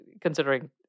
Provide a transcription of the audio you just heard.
considering